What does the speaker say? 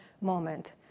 moment